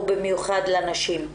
ובמיוחד לנשים.